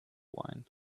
wine